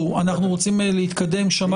היה לקדם פתרונות.